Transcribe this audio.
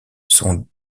sont